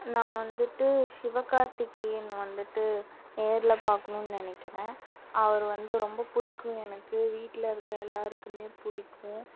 நான் வந்துட்டு சிவகார்த்திகேயன் வந்துட்டு நேரில் பார்க்குணுனு நினக்கிறேன் அவர் வந்து ரொம்ப பிடிக்கும் எனக்கு வீட்டில் இருக்க எல்லாேருக்குமே பிடிக்கும்